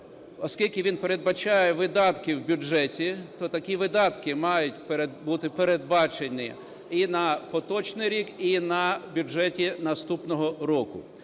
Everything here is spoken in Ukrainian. оскільки він передбачає видатки в бюджеті, то такі видатки мають бути передбачені і на поточний рік, і в бюджеті наступного року.